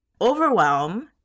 Overwhelm